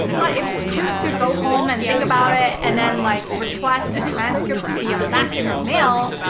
but, if you choose to go home and think about it, and then like request a transcript via fax or mail,